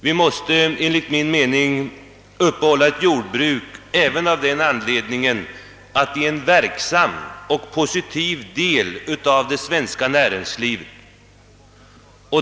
Vi måste enligt min mening uppehålla ett jordbruk även av den anledningen att det är en verksam och positiv del av det svenska näringslivet.